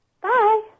Bye